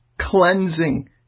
cleansing